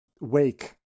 wake